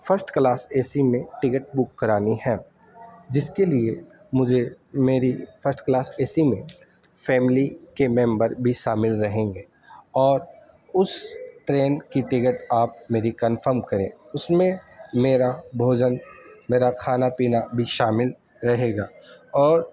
first class A C میں ticket book کرانی ہے جس کے لیے مجھے میری فسٹ کلاس اے سی میں فیملی کے ممبر بھی شامل رہیں گے اور اس ٹرین کی ٹکٹ آپ میری کنفرم کریں اس میں میرا بھوجن میرا کھانا پینا بھی شامل رہے گا اور